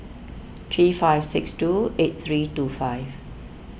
three five six two eight three two five